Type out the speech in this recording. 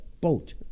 boat